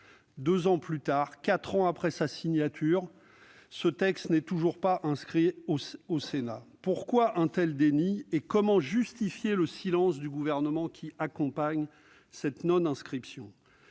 Deux ans plus tard, quatre ans après sa signature, ce texte n'est toujours pas inscrit à l'ordre du jour du Sénat. Pourquoi un tel déni ? Comment justifier le silence du Gouvernement qui accompagne cette non-inscription ?